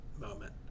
moment